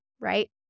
right